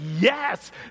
yes